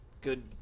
good